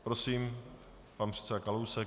Prosím, pan předseda Kalousek.